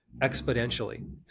exponentially